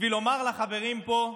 בשביל לומר לחברים פה: